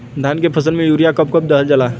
धान के फसल में यूरिया कब कब दहल जाला?